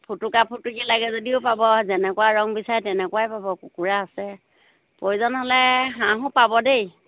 ফুটুকা ফুটুকি লাগে যদিও পাব যেনেকুৱা ৰং বিচাৰে তেনেকুৱাই পাব কুকুৰা আছে প্ৰয়োজন হ'লে হাঁহো পাব দেই